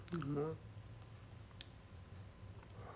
mm uh